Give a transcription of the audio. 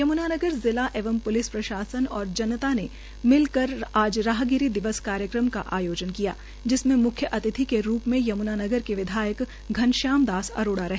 यमुनानगर जिला एवं प्लिस प्रशासन और जनता ने मिलकर आज राहगिरी दिवस कार्यक्रम का आयोजन किया जिसमें मुख्य अतिथि के रूप में यम्नागर के विधायक घनश्याम दास अरोड़ा रहे